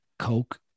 coke